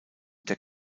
der